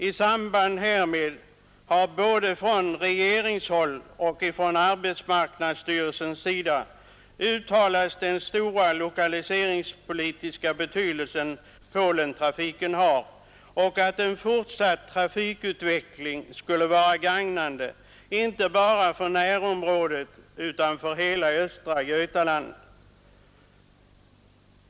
I samband härmed har både från regeringshåll och från arbetsmarknadsstyrelsen framhållits den stora lokaliseringspolitiska betydelse som Polentrafiken har och att en fortsatt trafikutveckling skulle vara gagnande, inte bara för närområdet utan för hela östra Götaland.